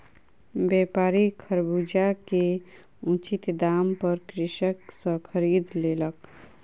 व्यापारी खरबूजा के उचित दाम पर कृषक सॅ खरीद लेलक